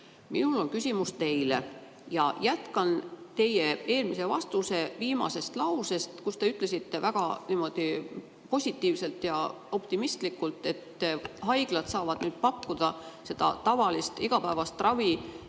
Minul on küsimus teile. Ja jätkan teie eelmise vastuse viimasest lausest, kus te ütlesite väga positiivselt ja optimistlikult, et haiglad saavad nüüd pakkuda seda tavalist, igapäevast ravi